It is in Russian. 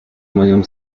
моем